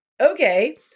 Okay